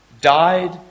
died